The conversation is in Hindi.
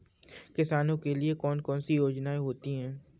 किसानों के लिए कौन कौन सी योजनायें होती हैं?